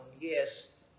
Yes